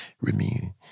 remain